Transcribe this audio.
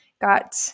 got